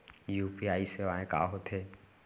UPI सेवाएं का होथे